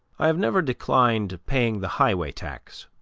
i have never declined paying the highway tax,